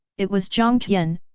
it was jiang tian,